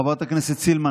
חברת הכנסת סילמן,